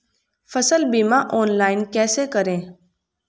फसल बीमा ऑनलाइन कैसे करें?